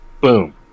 Boom